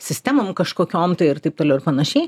sistemom kažkokiom tai ir taip toliau ir panašiai